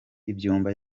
inyumba